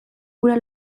gura